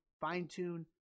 fine-tune